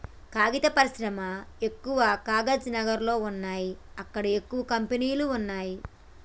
కాగితం పరిశ్రమ ఎక్కవ కాగజ్ నగర్ లో వున్నాయి అక్కడ ఎక్కువ కంపెనీలు వున్నాయ్